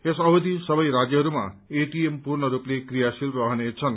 यस अवधि सबै राज्यहरूमा एटीएम पूर्णरूपले क्रियाशील रहनेछन्